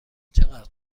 چقدر